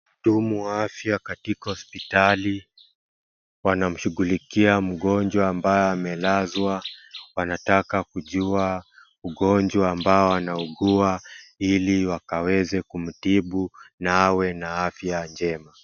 mhudumu wa afya katika hospitali wanashughulikia mgonjwa ambaye amelazwa wanataka kujua ugonjwa ambao anaugua ili wakaweze kumtibu na awe na afya njema.